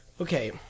Okay